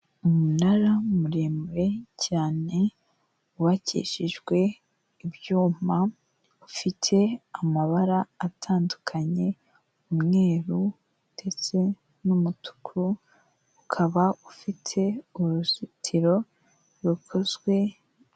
Umunara muremure cyane wubakishijwe ibyuma, ufite amabara atandukanye umweru, ndetse n'umutuku, ukaba ufite uruzitiro rukozwe...